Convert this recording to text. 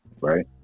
Right